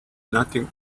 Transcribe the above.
nothing